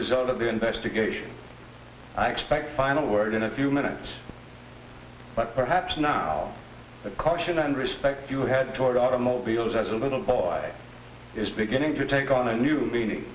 result of the investigation i expect final word in a few minutes but perhaps not a caution and respect you had toward automobiles as a little by is beginning to take on a new meaning